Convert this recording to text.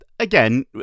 Again